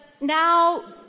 now